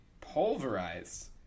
pulverized